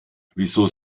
wieso